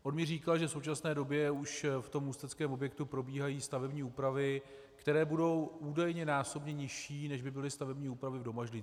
On mi říkal, že v současné době už v tom ústeckém objektu probíhají stavební úpravy, které budou údajně násobně nižší, než by byly stavební úpravy v Domažlicích.